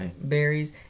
berries